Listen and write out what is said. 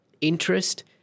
interest